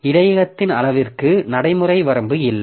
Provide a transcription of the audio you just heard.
இடையகத்தின் அளவிற்கு நடைமுறை வரம்பு இல்லை